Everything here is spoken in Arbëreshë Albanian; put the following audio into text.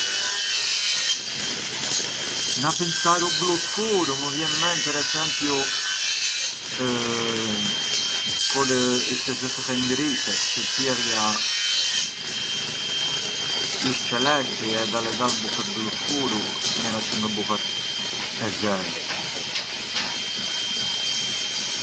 Dipendi ka mumenti çë sheh u film, per esempiu u bunj… adunarem se na jam vetëm preferir un film di commedia, cioè të qesh e të rri një skaj tranquillu e sodhu, na u inveci jam per esempiu me nusen o me ndo njeri makari u film më impegnatu, më drammaticu e gjithë më vete më mirë përçë skurseni me kondividhir l’emozioni me tjerë gjinde.